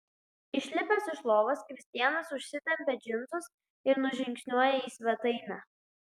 išlipęs iš lovos kristianas užsitempia džinsus ir nužingsniuoja į svetainę